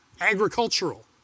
agricultural